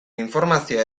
informazioa